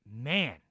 man